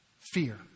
fear